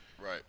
Right